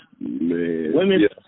Women